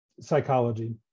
psychology